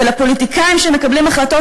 ולפוליטיקאים שמקבלים החלטות,